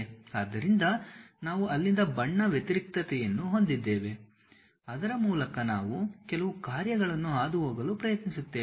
ಆದ್ದರಿಂದ ನಾವು ಅಲ್ಲಿಂದ ಬಣ್ಣ ವ್ಯತಿರಿಕ್ತತೆಯನ್ನು ಹೊಂದಿದ್ದೇವೆ ಅದರ ಮೂಲಕ ನಾವು ಕೆಲವು ಕಾರ್ಯಗಳನ್ನು ಹಾದುಹೋಗಲು ಪ್ರಯತ್ನಿಸುತ್ತೇವೆ